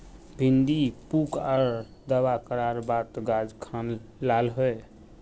भिन्डी पुक आर दावा करार बात गाज खान लाल होए?